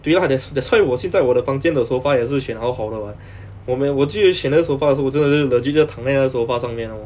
对 lah that's that's why 我现在我的房间的 sofa 也是选好好的 [what] 我没有我去选那个 sofa 的时候我真的是 legit 在躺在那个 sofa 上面 lor